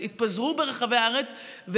הם יתפזרו ברחבי הארץ,